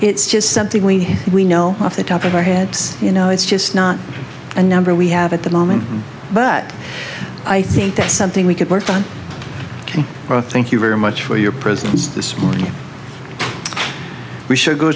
it's just something we we know off the top of our heads you know it's just not a number we have at the moment but i think that's something we could work on can thank you very much for your presence this morning we should go